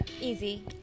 easy